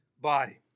body